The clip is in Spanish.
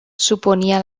suponía